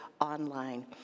online